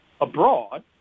abroad